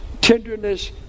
tenderness